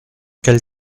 quelle